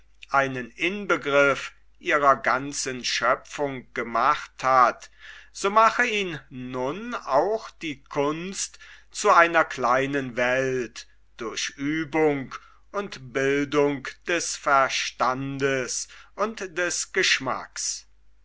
einen inbegriff ihrer ganzen schöpfung gemacht hat so mache ihn nun auch die kunst zu einer kleinen welt durch uebung und bildung des verstandes und des geschmacks